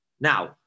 Now